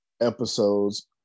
episodes